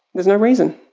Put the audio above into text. there's no reason.